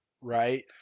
right